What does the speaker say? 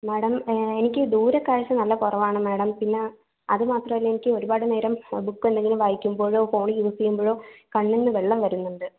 madam എനിക്ക് ദൂരെ കാഴ്ച നല്ല കുറവാണ് മാഡം പിന്നെ അതു മാത്രല്ല എനിക്ക് ഒരുപാട് നേരം ബൂക്കെന്തെങ്കിലും വായിക്കുമ്പോഴോ ഫോൺ യൂസ് ചെയ്യുമ്പോഴോ കണ്ണിൽ നിന്ന് വെള്ളം വരുന്നുണ്ട്